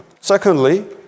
Secondly